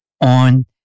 on